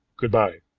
good-bye.